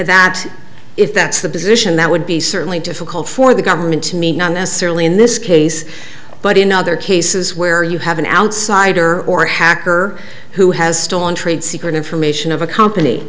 that if that's the position that would be certainly difficult for for the government to me not necessarily in this case but in other cases where you have an outsider or hacker who has stolen trade secret information of a company